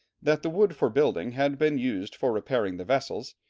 that the wood for building had been used for repairing the vessels,